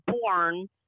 born